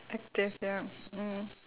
active ya mmhmm